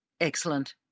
Excellent